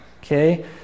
Okay